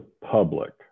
public